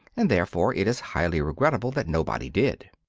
and therefore it is highly regrettable that nobody did.